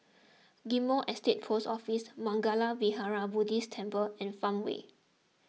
Ghim Moh Estate Post Office Mangala Vihara Buddhist Temple and Farmway